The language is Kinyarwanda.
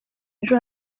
ejo